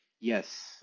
yes